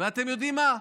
ואתם יודעים מה?